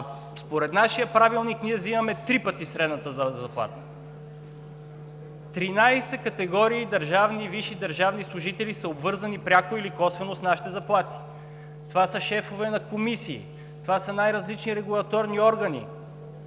според нашия Правилник ние вземаме три пъти средната заплата. Тринадесет категории висши държавни служители са обвързани пряко или косвено с нашите заплати. Това са шефове на комисии, това са най-различни регулаторни органи.